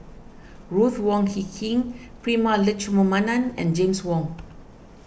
Ruth Wong Hie King Prema Letchumanan and James Wong